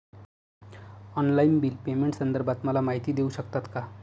Online bill पेमेंटसंदर्भात मला माहिती देऊ शकतात का?